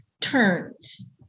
turns